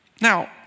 Now